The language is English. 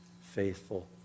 faithful